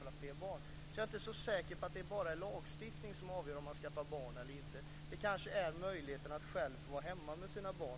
Jag är alltså inte så säker på att det bara är lagstiftning som avgör om man skaffar barn eller inte. Det kanske också är möjligheten att själv få vara hemma med sina barn.